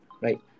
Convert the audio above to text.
right